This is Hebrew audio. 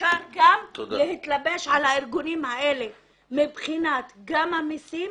אפשר גם להתלבש על הארגונים האלה מבחינת המיסים